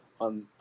on